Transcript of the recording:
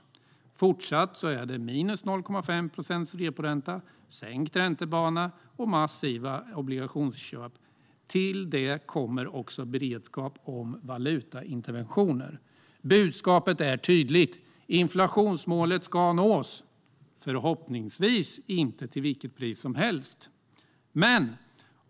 Fortsatt har vi 0,5 procents reporänta, sänkt räntebana och massiva obligationsköp. Till det kommer också beredskap om valutainterventioner. Budskapet är tydligt: Inflationsmålet ska nås! Förhoppningsvis ska det dock inte ske till vilket pris som helst.